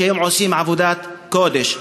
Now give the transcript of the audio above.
שעושים עבודת קודש.